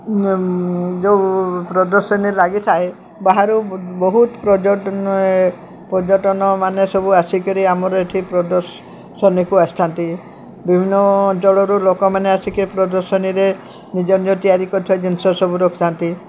ଯେଉଁ ପ୍ରଦର୍ଶନୀ ଲାଗିଥାଏ ବାହାରୁ ବହୁତ ପର୍ଯ୍ୟଟନୀ ପର୍ଯ୍ୟଟନ ମାନେ ସବୁ ଆସିକରି ଆମର ଏଠି ପ୍ରଦର୍ଶନୀକୁ ଆସିଥାନ୍ତି ବିଭିନ୍ନ ଅଞ୍ଚଳରୁ ଲୋକମାନେ ଆସିକି ପ୍ରଦର୍ଶନୀରେ ନିଜ ନିଜ ତିଆରି କରିଥିବା ଜିନିଷ ସବୁ ରଖିଥାନ୍ତି